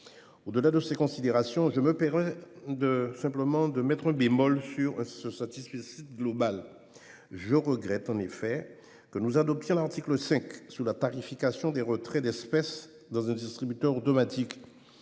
Au-delà de ces considérations, je me permets de mettre un bémol à ce satisfecit global. Je regrette, en effet, que nous adoptions l'article 5 relatif à la tarification des retraits d'espèces dans un distributeur automatique.